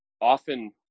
often